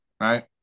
Right